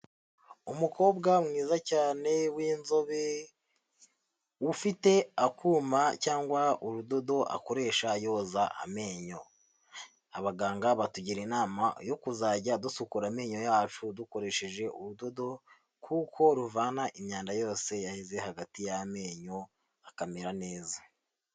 Umukobwa mwiza cyane w'inzobe, ufite akuma cyangwa urudodo akoresha yoza amenyo, abaganga batugira inama yo kuzajya dusukura amenyo yacu dukoresheje ubudodo kuko ruvana imyanda yose yaheze hagati y'amenyo akamera neza.